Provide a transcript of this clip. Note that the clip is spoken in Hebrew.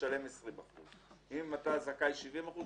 תשלם 20%. אם אתה זכאי 70%,